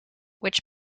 which